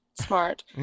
smart